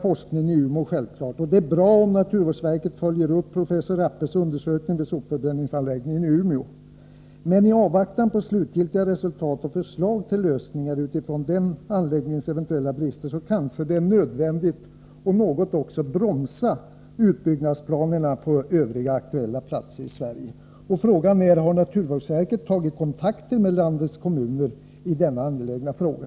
Forskningen i Umeå är mycket viktig, och det är bra om naturvårdsverket följer professor Rappes undersökning vid sopförbränningsanläggningen i Umeå. Men i avvaktan på slutgiltiga resultat och förslag till lösningar utifrån denna anläggnings eventuella brister kanske det är nödvändigt att något bromsa utbyggnadsplaner på övriga aktuella platser i Sverige. Har naturvårdsverket tagit kontakter med landets kommuner i denna angelägna fråga?